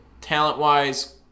talent-wise